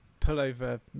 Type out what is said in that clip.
pullover